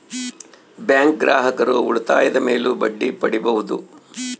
bank ಗ್ರಾಹಕರು ಉಳಿತಾಯದ ಮೇಲೂ ಬಡ್ಡಿ ಪಡೀಬಹುದು